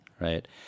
right